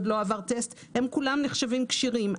עוד לא עבר טסט כולם נחשבים כשירים.